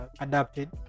adapted